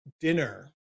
dinner